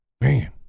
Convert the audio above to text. Man